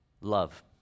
Love